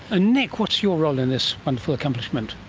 ah nick, what's your role in this wonderful accomplishment?